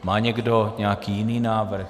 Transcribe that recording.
Má někdo nějaký jiný návrh?